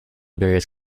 various